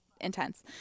intense